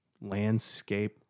landscape